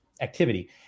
activity